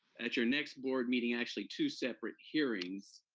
at your next board meeting, actually two separate hearings,